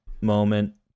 moment